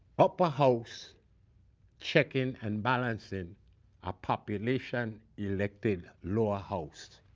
upper house checking and balancing a population elected lower house.